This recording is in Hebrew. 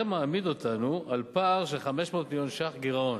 זה מעמיד אותנו בגירעון של 500 מיליון ש"ח.